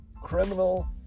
criminal